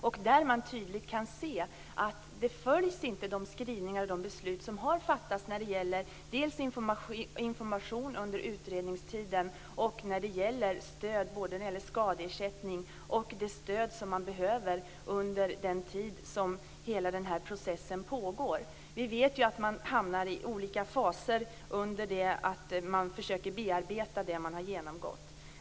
Där kan man tydligt se att man inte följer de beslut som har fattats när det gäller information under utredningstiden samt när det gäller skadeersättning och det stöd som man behöver under den tid som hela den här processen pågår. Vi vet ju att man hamnar i olika faser under det att man försöker bearbeta det man har genomgått.